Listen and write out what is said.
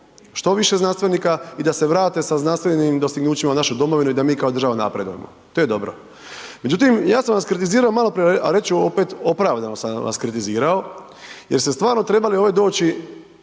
što više znanstvenika i da se vrate sa znanstvenim dostignućima u našu domovinu i da mi kao država napredujemo. To je dobro. Međutim, ja sam vas kritizirao maloprije, a reći ću opet opravdano sam vas kritizirao jer ste stvarno trebali ovdje doći